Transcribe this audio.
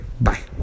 bye